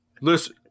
Listen